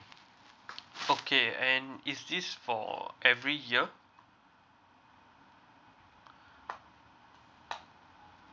okay and is this for every year